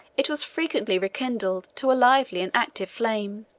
it was frequently rekindled to a lively and active flame.